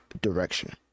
direction